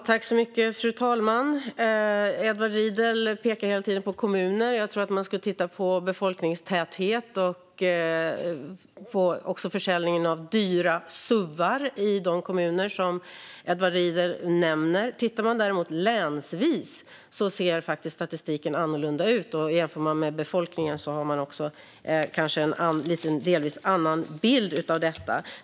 Fru talman! Edward Riedl pekar hela tiden på kommuner. Jag tror att man ska titta på befolkningstäthet och försäljningen av dyra suvar i de kommuner som Edward Riedl nämner. Tittar man däremot på hur det ser ut länsvis ser man att statistiken faktiskt ser annorlunda ut, och jämför man med befolkningen finns det en delvis annan bild av detta.